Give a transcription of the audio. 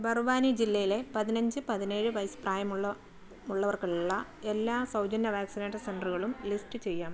ബർവാനി ജില്ലയിലെ പതിനഞ്ച് പതിനേഴ് വയസ്സ് പ്രായമുള്ളവർക്കുള്ള എല്ലാ സൗജന്യ വാക്സിനേഷൻ സെൻ്ററുകളും ലിസ്റ്റ് ചെയ്യാം